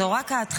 זו רק ההתחלה.